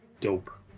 dope